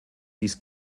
dies